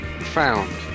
found